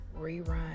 rerun